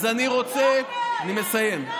אני רוצה, אני מסיים.